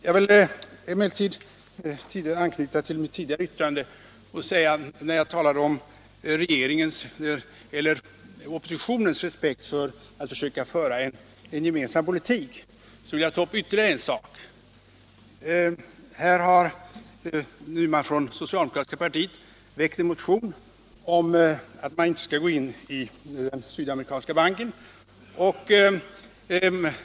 Jag vill emellertid anknyta till mitt tidigare yttrande, där jag talade om oppositionens bristande intresse för att försöka föra en gemensam politik, och ta upp ytterligare en fråga. Det socialdemokratiska partiet har väckt en motion om att Sverige inte skall ansöka om medlemskap i Interamerikanska utvecklingsbanken.